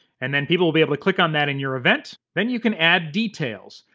and then people will be able to click on that in your event. then you can add details.